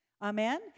Amen